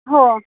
हो